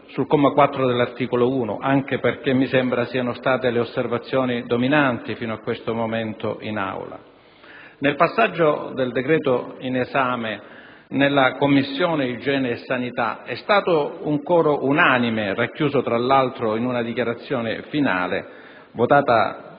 sul comma 4 dell'articolo 1, anche perché mi sembra siano state le osservazioni dominanti fino a questo momento in Aula. Nel passaggio del decreto-legge in esame nella Commissione igiene e sanità vi è stato un coro unanime, racchiuso tra l'altro in una dichiarazione finale votata